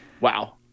Wow